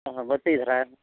ᱚ ᱵᱟᱹᱲᱛᱤ ᱫᱷᱟᱨᱟ